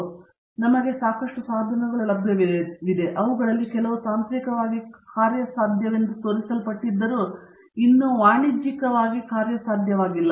ಹಾಗಾಗಿ ನಮಗೆ ಸಾಕಷ್ಟು ಸಾಧನಗಳಿವೆ ಅವುಗಳಲ್ಲಿ ಕೆಲವು ತಾಂತ್ರಿಕವಾಗಿ ಕಾರ್ಯಸಾಧ್ಯವೆಂದು ತೋರಿಸಲ್ಪಟ್ಟಿದ್ದರೂ ಇನ್ನೂ ವಾಣಿಜ್ಯಿಕವಾಗಿ ಕಾರ್ಯಸಾಧ್ಯವಲ್ಲ